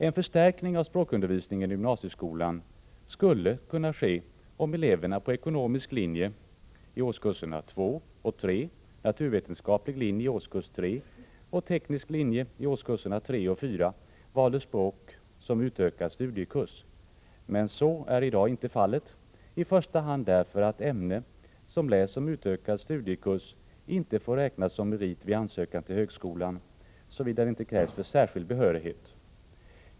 En förstärkning av språkundervisningen i gymnasieskolan skulle kunna ske om eleverna på ekonomisk linje i årskurserna 2 och 3, naturvetenskaplig linje i årskurs 3 och teknisk linje årskurserna 3 och 4 valde språk som utökad studiekurs. Men så är i dag inte fallet, i första hand därför att ämnen som läses som utökad studiekurs inte får räknas som merit vid ansökan till högskolan, såvida det inte krävs för särskild behörighet.